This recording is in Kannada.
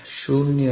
ಶೂನ್ಯ ರೇಖೆ